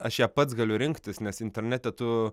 aš ją pats galiu rinktis nes internete tu